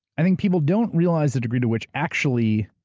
i think people don't realize the degree to which actually